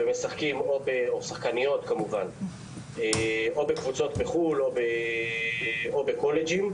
לשחקנים ושחקניות שמשחקים בחו"ל ובקולג'ים.